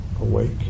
awake